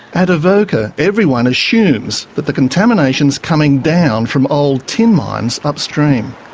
at avoca, everyone assumes that the contamination is coming down from old tin mines upstream.